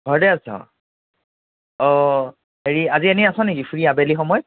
ঘৰতে আছ অ' হেৰি আজি এনে আছ নেকি ফ্ৰী আবেলি সময়ত